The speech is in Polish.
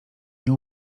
nie